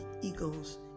eagles